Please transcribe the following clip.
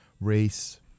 race